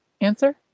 answer